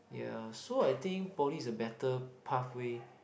ya so I think poly is a better pathway